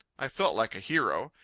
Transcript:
i felt like a hero.